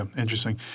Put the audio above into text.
um interesting.